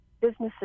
businesses